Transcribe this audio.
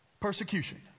Persecution